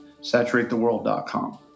saturatetheworld.com